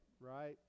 right